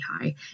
high